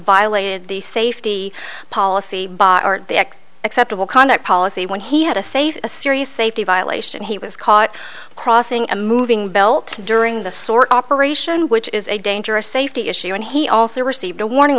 violated the safety policy act acceptable conduct policy when he had a safe a serious safety violation he was caught crossing a moving belt during the sort operation which is a dangerous safety issue and he also received a warning